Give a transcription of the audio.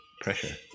pressure